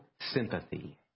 sympathy